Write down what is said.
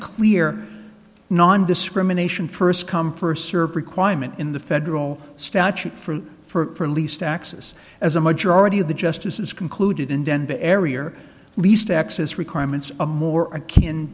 clear nondiscrimination first come first serve requirement in the federal statute for for at least access as a majority of the justices concluded in denver area or at least access requirements are more akin